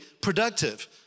productive